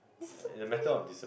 discipline